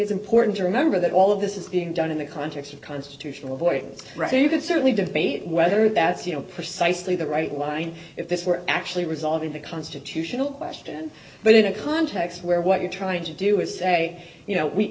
is important to remember that all of this is being done in the context constitutional avoiding right there you can certainly debate whether that's you know precisely the right line if this were actually resolving the constitutional question but in a context where what you're trying to do is say you know we